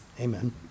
Amen